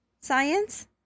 Science